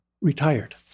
retired